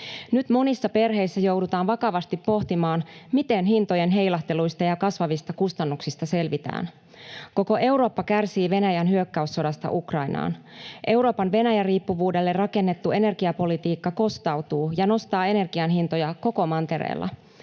Nyt monissa perheissä joudutaan vakavasti pohtimaan, miten hintojen heilahteluista ja kasvavista kustannuksista selvitään. Koko Eurooppa kärsii Venäjän hyökkäyssodasta Ukrainaan. Euroopan Venäjä-riippuvuudelle rakennettu energiapolitiikka kostautuu ja nostaa energian hintoja koko mantereella.